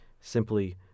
simply